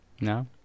No